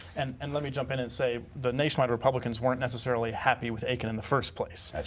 and and let me jump in and say the nationwide republicans weren't necessarily happy with akin in the first place.